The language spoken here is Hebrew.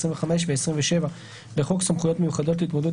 25 ו-27 לחוק סמכויות מיוחדות להתמודדות